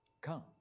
come